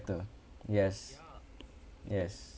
yes yes